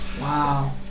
Wow